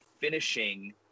finishing